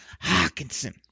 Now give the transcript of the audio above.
Hawkinson